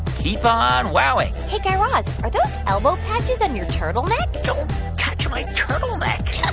keep on wowing hey, guy raz, are those elbow patches on your turtleneck? don't touch my turtleneck yeah